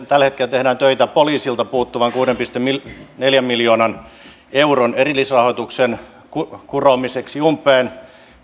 tällä hetkellä tehdään töitä poliisilta puuttuvan kuuden pilkku neljän miljoonan euron erillisrahoituksen kuromiseksi umpeen